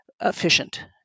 efficient